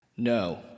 No